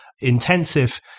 intensive